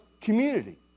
community